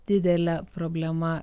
didele problema